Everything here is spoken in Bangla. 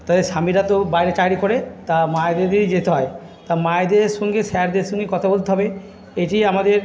তাদের স্বামীরা তো বাইরে চাকরি করে তা মায়েদেরই যেতে হয় তা মায়েদের সঙ্গে স্যারদের সঙ্গে কথা বলতে হবে এটি আমাদের